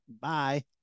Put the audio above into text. Bye